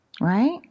Right